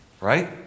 Right